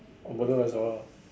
or Bedok reservoir